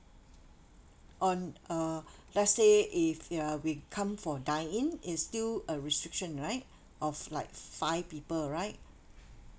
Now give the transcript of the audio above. on uh let's say if uh we come for dine in is still a restriction right of like five people right